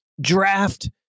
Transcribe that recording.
draft